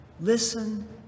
Listen